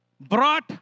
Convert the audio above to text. brought